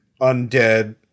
undead